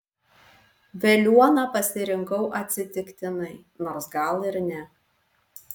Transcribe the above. veliuoną pasirinkau atsitiktinai nors gal ir ne